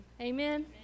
Amen